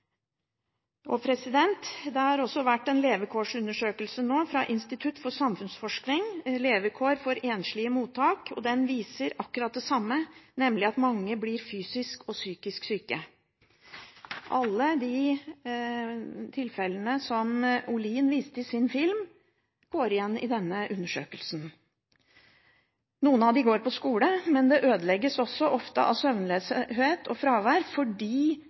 Det har kommet en levekårsundersøkelse fra Institutt for samfunnsforskning, «Levekår i mottak for enslige mindreårige asylsøkere». Den viser akkurat det samme, nemlig at mange blir fysisk og psykisk syke. Alle de tilfellene som Olin viste i sin film, går igjen i denne undersøkelsen. Noen av ungdommene går på skole, men det ødelegges ofte av søvnløshet og fravær, fordi